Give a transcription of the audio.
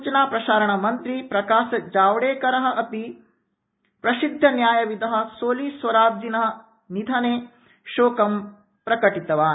सूचनाप्रसारण मंत्री प्रकाश जावड़ेकर अपि प्रसिद्धन्यायविदः सोली सोराबजिनः निधने शोकं प्रकटितवान्